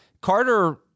Carter